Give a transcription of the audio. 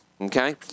Okay